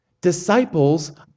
Disciples